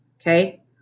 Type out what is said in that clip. okay